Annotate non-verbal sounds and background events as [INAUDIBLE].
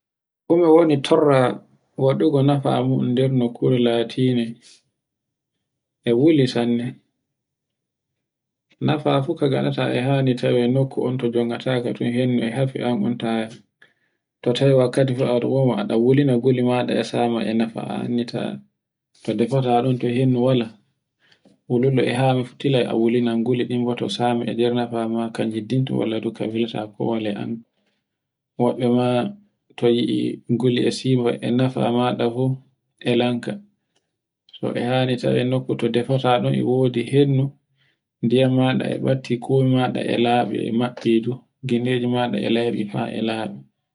ɗume woni torra waɗugo nafa muɗum nder nukkure latinde [NOISE] e wuli sanne. Nafa fu ka ganata yahani nokku on to jongataka ton hendu e haffi ton a ta, to toy wakkati fu aɗa [NOISE] wuluna guli maɗa e sama e nafa a anndi to defata ɗum to hinndu wala [NOISE] wuluno e walulo e huttino a wululan guliɗan fu to sama e nder nafa ma kanyiddinto wala ka welata kole an. [NOISE] woɓɓe ma to gi'e guli e seɓa e nafa maɗa fu e lanka. To e hani tawe nokku to defata ɗum e wodi hendu, [NOISE] ndiyam maɗa e ɓatti komi maɗa e laɓi e matce du [NOISE] gilleji e layɓi fa e laɓi. [NOISE]